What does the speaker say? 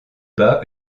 bat